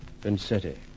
Vincetti